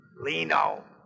Lino